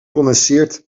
condenseert